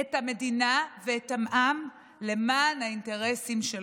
את המדינה והעם למען האינטרסים שלך.